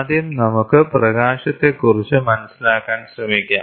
ആദ്യം നമുക്ക് പ്രകാശത്തെകുറിച്ച് മനസിലാക്കാൻ ശ്രമിക്കാം